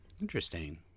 Interesting